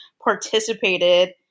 participated